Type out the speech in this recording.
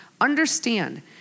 Understand